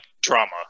drama